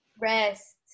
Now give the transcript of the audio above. rest